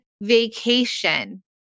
vacation